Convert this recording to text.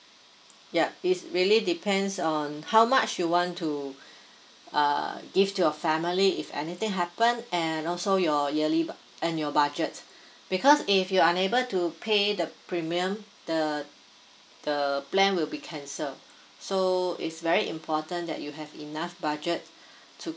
yup it's really depends on how much you want to uh give to your family if anything happen and also your yearly and your budget because if you're unable to pay the premium the the plan will be cancel so is very important that you have enough budget to